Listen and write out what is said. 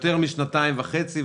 יותר משנתיים וחצי.